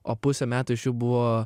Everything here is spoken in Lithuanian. o pusę metų iš jų buvo